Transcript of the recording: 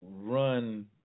run